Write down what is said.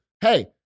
Hey